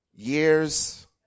Years